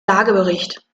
lagebericht